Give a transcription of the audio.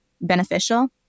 beneficial